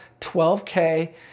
12K